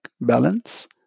balance